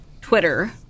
Twitter